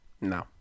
No